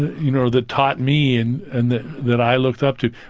you know, that taught me and and that that i looked up to,